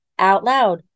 OUTLOUD